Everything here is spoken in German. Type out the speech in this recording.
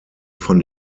von